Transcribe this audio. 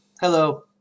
Hello